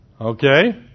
Okay